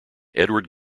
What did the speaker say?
edward